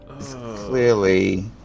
Clearly